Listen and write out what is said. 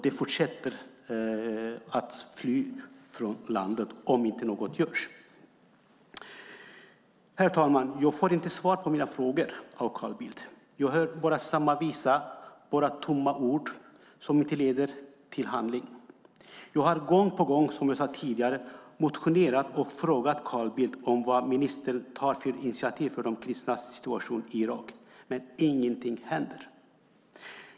De fortsätter att fly från landet om inte något görs. Herr talman! Jag får inte svar på mina frågor av Carl Bildt. Jag hör bara samma visa, bara tomma ord som inte leder till handling. Jag har gång på gång, som jag sade tidigare, motionerat och frågat Carl Bildt om vad ministern tar för initiativ för de kristnas situation i Irak, men ingenting händer.